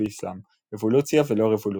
באסלאם - "אבולוציה ולא רבולוציה".